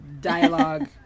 dialogue